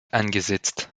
eingesetzt